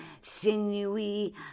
sinewy